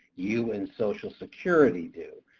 you and social security do.